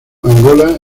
angola